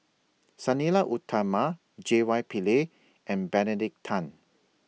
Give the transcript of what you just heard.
Sang Nila Utama J Y Pillay and Benedict Tan